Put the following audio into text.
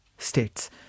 states